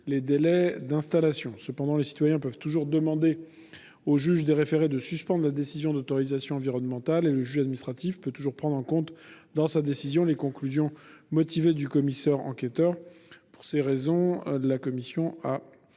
les délais d'installation. Cela étant, les citoyens peuvent toujours demander au juge des référés de suspendre la décision d'autorisation environnementale. De même, dans sa décision, le juge administratif peut toujours prendre en compte les conclusions motivées du commissaire enquêteur. Pour ces raisons, la commission émet